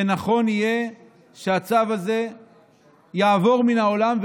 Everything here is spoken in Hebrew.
ונכון יהיה שהצו הזה יעבור מן העולם.